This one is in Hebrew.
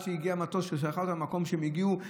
שהגיע מטוס ששלח אותם למקום שהם הגיעו ממנו,